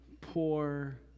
poor